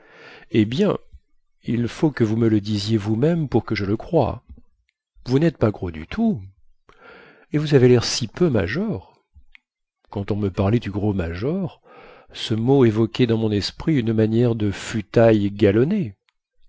eh bien il faut que vous me le disiez vous-même pour que je le croie vous nêtes pas gros du tout et vous avez lair si peu major quand on me parlait du gros major ce mot évoquait dans mon esprit une manière de futaille galonnée